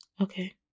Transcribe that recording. Okay